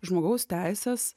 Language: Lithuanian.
žmogaus teises